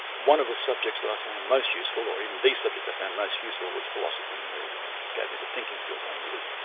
one of the subjects that i found most useful or even the subject i found most useful was philosophy and reasoning it gave me the thinking skills i needed,